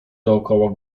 dookoła